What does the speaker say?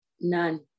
None